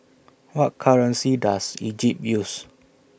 What currency Does Egypt use